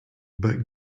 but